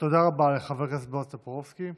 תודה רבה לחבר הכנסת בועז טופורובסקי.